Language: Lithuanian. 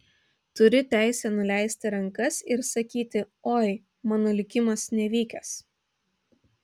turi teisę nuleisti rankas ir sakyti oi mano likimas nevykęs